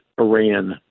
Iran